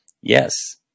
Yes